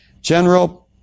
General